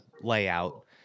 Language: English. layout